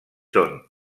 són